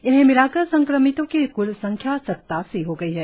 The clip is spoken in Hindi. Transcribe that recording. इन्हें मिलाकर संक्रमितों की क्ल संख्या सत्तासी हो गई है